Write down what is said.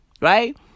Right